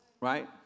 right